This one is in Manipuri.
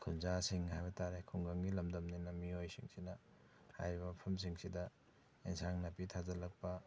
ꯈꯨꯟꯖꯥꯁꯤꯡ ꯍꯥꯏꯕ ꯇꯥꯔꯦ ꯈꯨꯡꯒꯪꯒꯤ ꯂꯝꯗꯝꯅꯤꯅ ꯃꯤꯑꯣꯏꯁꯤꯡꯁꯤꯅ ꯍꯥꯏꯔꯤꯕ ꯃꯐꯝꯁꯤꯡꯁꯤꯗ ꯏꯟꯁꯥꯡ ꯅꯥꯄꯤ ꯊꯥꯖꯜꯂꯛꯄ